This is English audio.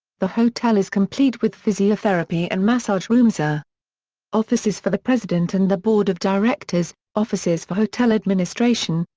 the hotel is complete with physiotherapy and massage rooms ah offices for the president and the board of directors, offices for hotel administration,